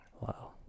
Wow